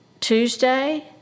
Tuesday